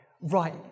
right